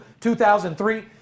2003